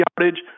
yardage